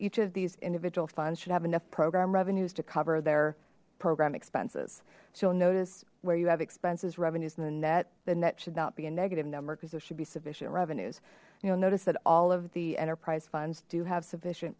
each of these individual funds should have enough program revenues to cover their program expenses so you'll notice where you have expenses revenues in the net the net should not be a negative number because there should be sufficient revenues you'll notice that all of the enterprise funds do have sufficient